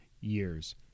years